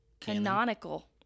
Canonical